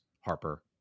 Harper